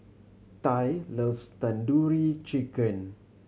Tye loves Tandoori Chicken